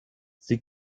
sie